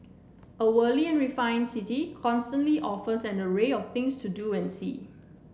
a worldly and refined city constantly offers an array of things to do and see